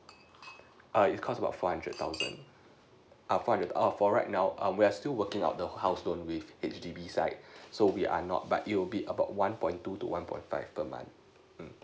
err it cost about four hundred thousand err for hundred oh for right now we are still working for the house loan with the H_D_B side so we are not but it will be around one point two to one point five per month mm